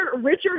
Richard